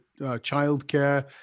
childcare